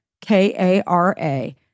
K-A-R-A